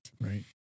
Right